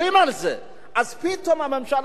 אז פתאום הממשלה הזאת, אין כלום.